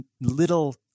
little